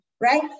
right